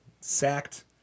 Sacked